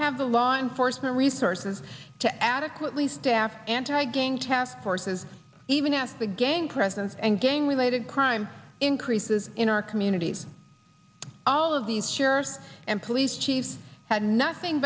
have the law enforcement resources to adequately staff antigun task forces even at the gang presence and gang related crime increases in our community all of these jurors and police chiefs had nothing